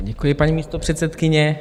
Děkuji, paní místopředsedkyně.